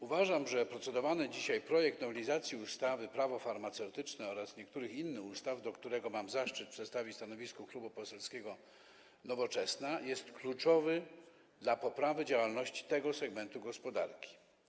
Uważam, że procedowany dzisiaj projekt nowelizacji ustawy Prawo farmaceutyczne oraz niektórych innych ustaw, w przypadku którego mam zaszczyt przedstawić stanowisko Klubu Poselskiego Nowoczesna, jest kluczowy dla poprawy działalności tego segmentu gospodarki.